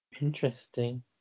Interesting